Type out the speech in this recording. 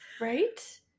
Right